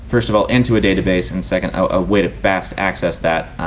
first of all into a database and second a way to fast access that.